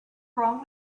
wrong